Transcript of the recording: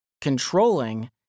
controlling